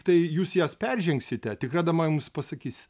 tai jūs jas peržengsite tikra dama jums pasakys